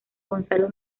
gonzalo